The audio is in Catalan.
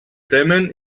temen